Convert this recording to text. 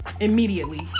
immediately